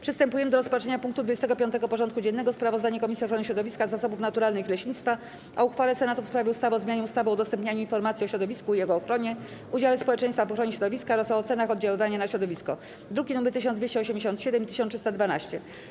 Przystępujemy do rozpatrzenia punktu 25. porządku dziennego: Sprawozdanie Komisji Ochrony Środowiska, Zasobów Naturalnych i Leśnictwa o uchwale Senatu w sprawie ustawy o zmianie ustawy o udostępnianiu informacji o środowisku i jego ochronie, udziale społeczeństwa w ochronie środowiska oraz o ocenach oddziaływania na środowisko (druki nr 1287 i 1312)